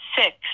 six